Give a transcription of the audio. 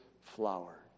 flower